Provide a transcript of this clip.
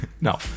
No